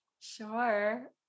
Sure